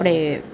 આપણે